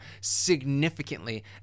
significantly